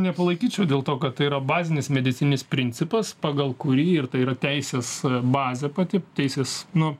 nepalaikyčiau dėl to kad tai yra bazinis medicininis principas pagal kurį ir tai yra teisės bazė pati teisės nu